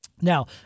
Now